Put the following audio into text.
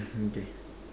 hmm okay